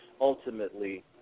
ultimately